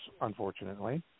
unfortunately